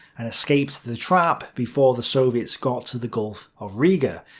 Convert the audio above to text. and escaped the trap before the soviets got to the gulf of riga,